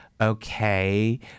okay